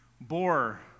bore